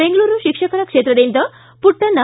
ಬೆಂಗಳೂರು ಶಿಕ್ಷಕರ ಕ್ಷೇತ್ರದಿಂದ ಮಟ್ಟಣ್ಣ